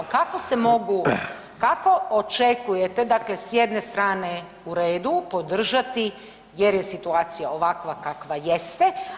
Kako se mogu, kako očekujete dakle s jedne strane u redu podržati jer je situacija ovakva kakva jeste?